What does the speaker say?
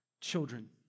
children